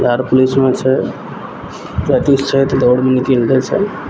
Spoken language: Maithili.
बिहार पुलिसमे छै प्रैक्टिस छै तऽ दौड़मे निकलि जाइ छै